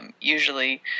usually